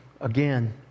again